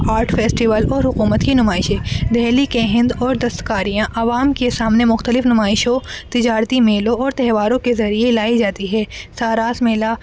art festival اور حکومت کی نمائشیں دہلی کے ہند اور دستکاریاں عوام کے سامنے مختلف نمائشوں تجارتی میلوں اور تہواروں کے ذریعے لائی جاتی ہے ساراس میلہ